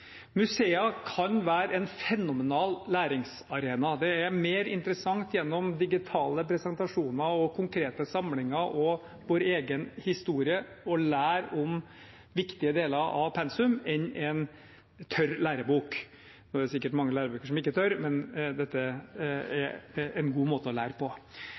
kan være en fenomenal læringsarena. Det er mer interessant å lære viktige deler av pensum gjennom digitale presentasjoner, konkrete samlinger og vår egen historie enn gjennom en tørr lærebok. Nå er det sikkert mange lærebøker som ikke er tørre, men dette er en god måte å lære på.